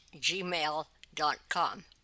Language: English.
gmail.com